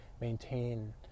maintain